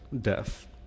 death